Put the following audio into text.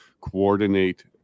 coordinate